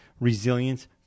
resilience